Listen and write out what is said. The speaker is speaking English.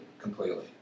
completely